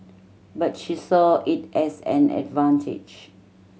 but she saw it as an advantage